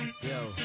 yo